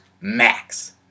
max